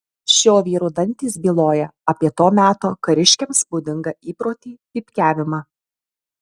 šio vyro dantys byloja apie to meto kariškiams būdingą įprotį pypkiavimą